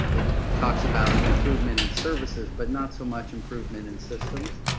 it talks about improvement and services, but not so much improvement and systems.